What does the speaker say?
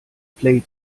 play